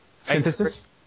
Synthesis